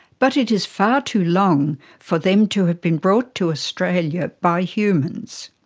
but it is far too long for them to have been brought to australia by humans.